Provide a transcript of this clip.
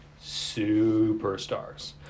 superstars